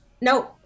No